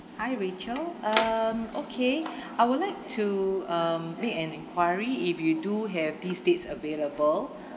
hi rachel um okay I would like to um make an enquiry if you do have these dates available